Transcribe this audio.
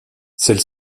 celle